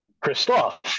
Christophe